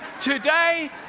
today